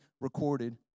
recorded